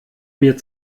mir